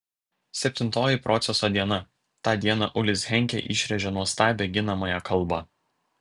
septintoji proceso diena tą dieną ulis henkė išrėžė nuostabią ginamąją kalbą